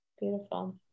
Beautiful